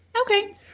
okay